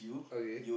okay